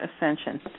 Ascension